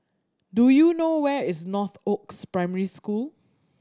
do you know where is Northoaks Primary School